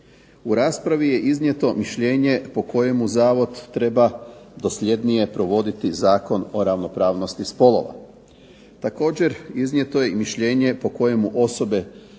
U raspravi je iznijeto mišljenje po kojemu zavod treba dosljednije provoditi Zakon o ravnopravnosti spolova. Također, iznijeto je i mišljenje po kojemu osobe